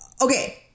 Okay